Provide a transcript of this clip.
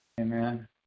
Amen